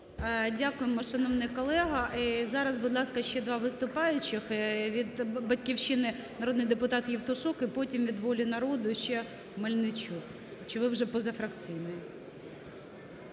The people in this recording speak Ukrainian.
Дякуємо, шановний колего. І зараз, будь ласка, ще два виступаючих. Від "Батьківщини" народний депутат Євтушок. І потім від "Волі народу" ще Мельничук. Чи ви вже позафракційний?